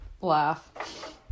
laugh